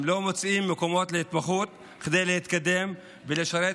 הם לא מוצאים מקומות להתמחות כדי להתקדם ולשרת